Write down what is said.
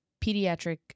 pediatric